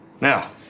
Now